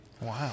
Wow